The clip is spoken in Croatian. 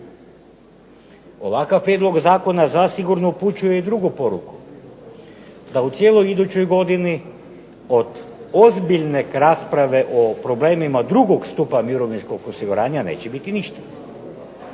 Ovakav prijedlog zakona zasigurno upućuje i drugu poruku, da u cijeloj idućoj godini od ozbiljne rasprave o problemima drugog stupa mirovinskog osiguranja neće biti ništa.